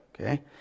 okay